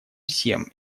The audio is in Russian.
всем